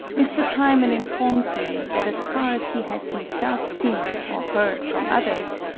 mr. trimen informs me that as far as he has himself seen, or heard from others,